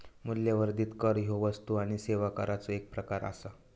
मूल्यवर्धित कर ह्यो वस्तू आणि सेवा कराचो एक प्रकार आसा